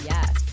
Yes